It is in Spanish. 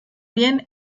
bien